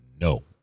No